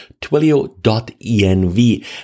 twilio.env